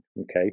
Okay